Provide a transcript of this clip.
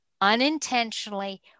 unintentionally